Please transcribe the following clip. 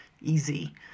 easy